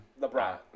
LeBron